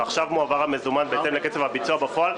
ועכשיו מועבר המזומן בהתאם לקצב הביצוע בפועל.